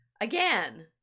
again